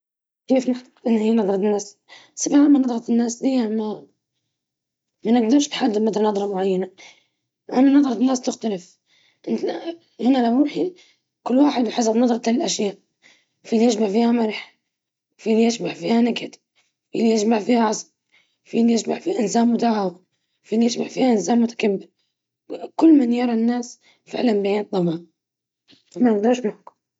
أعتقد أن أصدقائي سيروّجون لي بأنني شخص ودود، طيب القلب، ومتفهم، يحبون قضاء الوقت معي بسبب حس الفكاهة والدعم الذي أقدمه.